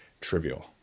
trivial